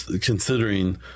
considering